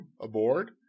aboard